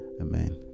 amen